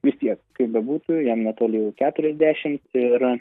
vis tiek kaip bebūtų jam netoli jau keturiasdešimt ir